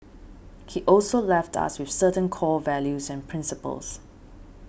he also left us with certain core values and principles